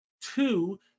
Two